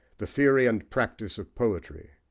the theory and practice of poetry.